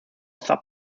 sub